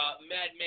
Madman